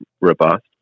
robust